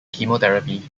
chemotherapy